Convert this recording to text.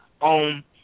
on